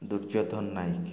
Duryodhan Nayak